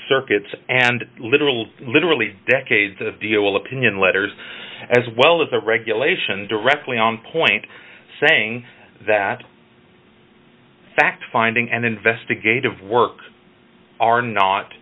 circuits and literally literally decades of deal opinion letters as well as a regulation directly on point saying that fact finding and investigative work are not